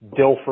Dilfer